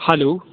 hello